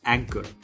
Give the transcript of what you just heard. Anchor